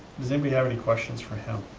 does anybody have any questions for him?